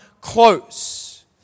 close